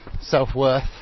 self-worth